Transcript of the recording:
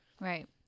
right